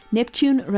Neptune